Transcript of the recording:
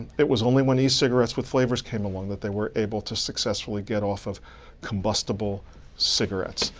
it was only when e-cigarettes with flavors came along that they were able to successfully get off of combustible cigarettes.